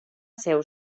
seu